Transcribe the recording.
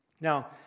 Now